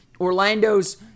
Orlando's